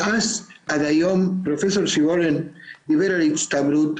מאז ועד היום, פרופ' שבולת דיבר על הצטברות.